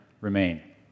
remain